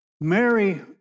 Mary